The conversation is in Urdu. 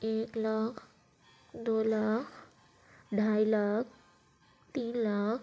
ایک لاکھ دو لاکھ ڈھائی لاکھ تین لاکھ